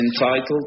entitled